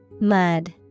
Mud